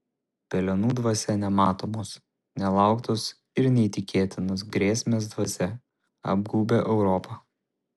pelenų dvasia nematomos nelauktos ir neįtikėtinos grėsmės dvasia apgaubė europą